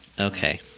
Okay